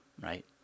right